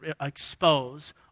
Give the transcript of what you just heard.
expose